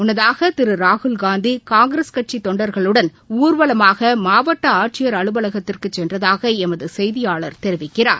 முன்னதாகதிருராகுல்காந்தி காங்கிரஸ் கட்சிதொண்டர்களுடன் ஊர்வலமாகமாவட்ட ஆட்சியர் அலுவலகத்துக்குச் சென்றதாகளமதுசெய்தியாளர் தெரிவிக்கிறார்